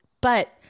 But-